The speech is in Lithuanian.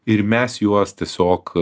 ir mes juos tiesiog